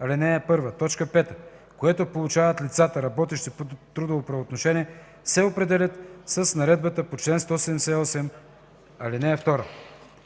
ал. 1, т. 5, което получават лицата, работещи по трудово правоотношение, се определят с наредбата по чл. 178, ал. 2”.